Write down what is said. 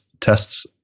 tests